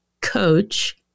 coach